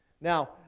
Now